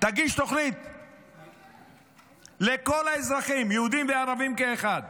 תגיש תוכנית לכל האזרחים, יהודים וערבים כאחד,